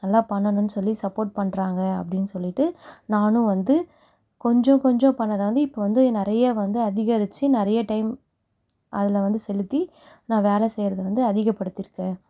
நல்லா பண்ணணுன்னு சொல்லி சப்போர்ட் பண்றாங்க அப்படின் சொல்லிவிட்டு நானும் வந்து கொஞ்சம் கொஞ்சம் பண்ணதை வந்து இப்போ வந்து நிறைய வந்து அதிகரித்து நிறைய டைம் அதில் வந்து செலுத்தி நான் வேலை செய்கிறத வந்து அதிகப்படுத்தியிருக்கேன்